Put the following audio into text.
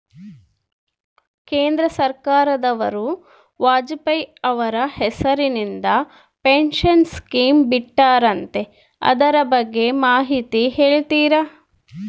ಕೇಂದ್ರ ಸರ್ಕಾರದವರು ವಾಜಪೇಯಿ ಅವರ ಹೆಸರಿಂದ ಪೆನ್ಶನ್ ಸ್ಕೇಮ್ ಬಿಟ್ಟಾರಂತೆ ಅದರ ಬಗ್ಗೆ ಮಾಹಿತಿ ಹೇಳ್ತೇರಾ?